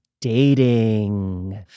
dating